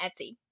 Etsy